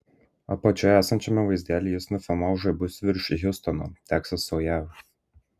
apačioje esančiame vaizdelyje jis nufilmavo žaibus virš hjustono teksaso jav